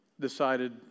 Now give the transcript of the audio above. Decided